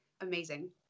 amazing